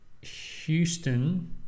Houston